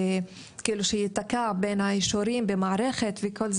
שנתקע בין האישורים במערכת וכו',